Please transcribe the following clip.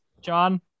John